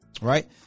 right